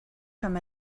from